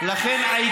צה"ל יכול לסגור שטח,